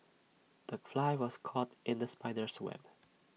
the fly was caught in the spider's web